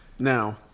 Now